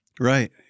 Right